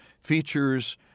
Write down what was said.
features